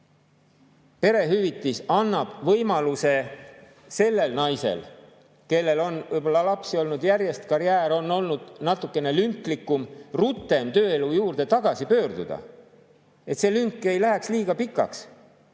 perehüvitis annab võimaluse naisel, kellel on lapsi olnud järjest, karjäär on olnud natukene lünklikum, rutem tööelu juurde tagasi pöörduda, et see lünk ei läheks liiga pikaks.